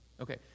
Okay